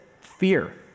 Fear